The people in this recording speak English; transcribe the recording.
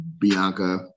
bianca